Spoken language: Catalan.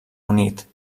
unit